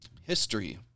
History